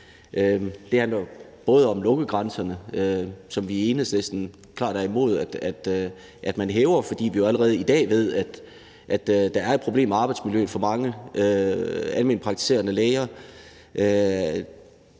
Det handler om lukkegrænserne, som vi i Enhedslisten klart er imod at man hæver, fordi vi allerede i dag ved, at der er et problem med arbejdsmiljøet for mange almenpraktiserende læger.